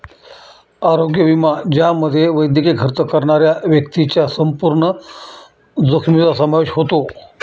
आरोग्य विमा ज्यामध्ये वैद्यकीय खर्च करणाऱ्या व्यक्तीच्या संपूर्ण जोखमीचा समावेश होतो